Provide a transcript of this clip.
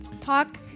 Talk